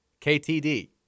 KTD